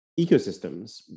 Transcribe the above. ecosystems